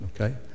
Okay